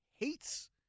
Hates